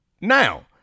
now